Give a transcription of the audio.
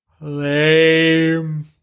Lame